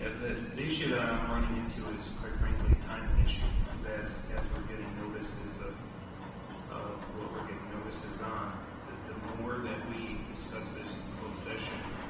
the issue that i'm running into is quite frankly, timing issue, because as as we're getting notices of of what we're getting notices on, the the more that we discuss this in closed session,